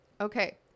okay